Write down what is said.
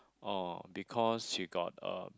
orh because you got a